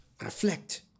reflect